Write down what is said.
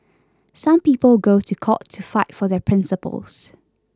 some people go to court to fight for their principles